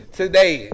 today